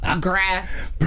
grass